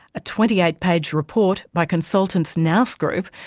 a twenty eight page report, by consultants nous group,